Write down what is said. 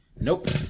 Nope